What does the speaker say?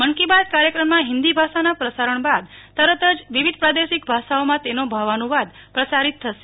મન કી બાત કાર્યક્રમના હિન્દોભાષાના પ્રસારણ બાદ તરત જ વિવિધ પ્રાદેશિક ભાષાઓમાં તેનો ભાવાનુવાદ પ્રસારીત થશે